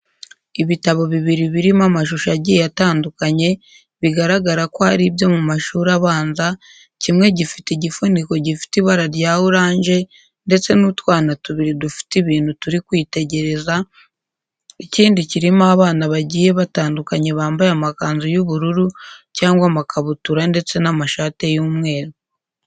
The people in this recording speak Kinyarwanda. Ibitabo bibiri birimo amashusho agiye atandukanye, bigaragara ko ari ibyo mu mashuri abanza, kimwe gifite igifuniko gifite ibara rya oranje ndetse n'utwana tubiri dufite ibintu turi gutekereza, ikindi kirimo abana bagiye batandukanye bambaye amakanzu y'ubururu cyangwa amakabutura ndetse n'amashati y'umweru.